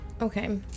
Okay